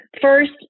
First